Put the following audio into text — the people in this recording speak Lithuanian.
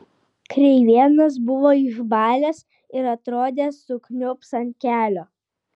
kreivėnas buvo išbalęs ir atrodė sukniubs ant kelio